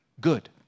good